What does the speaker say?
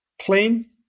plain